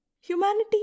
Humanity